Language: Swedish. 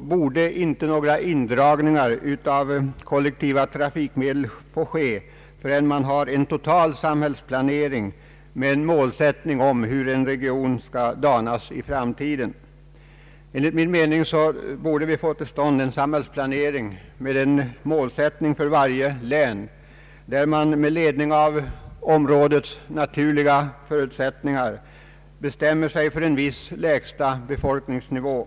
borde inte några indragningar av kollektiva trafikmedel få ske, förrän man fått en total samhällsplanering med en målsättning om hur en region skall danas i framtiden. Vi borde enligt min mening få till stånd en samhällsplanering med en målsättning för varje län, där man med ledning av områdets naturliga förutsättningar bestämmer sig för en viss lägsta befolkningsnivå.